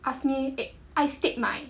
ask me ai stead mai